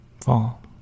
fall